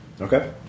Okay